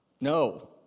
no